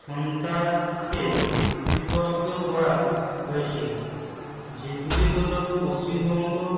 সন্ত্রাসকে বিবস্ত্র করা হয়েছিল যেগুলি হলো পশ্চিমবঙ্গ